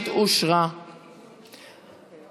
אושרה בקריאה